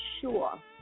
sure